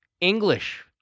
English